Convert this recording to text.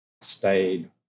stayed